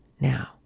now